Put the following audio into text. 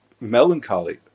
melancholy